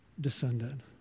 descended